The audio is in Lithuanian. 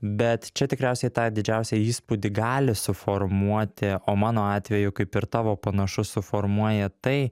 bet čia tikriausiai tą didžiausią įspūdį gali suformuoti o mano atveju kaip ir tavo panašus suformuoja tai